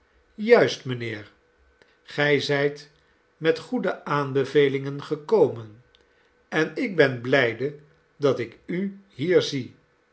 juist mijnheer gij zijt met goede aanbevelingen gekomen en ik ben blijde dat ik u hier zie